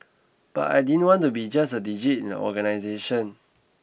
but I didn't want to be just a digit in an organisation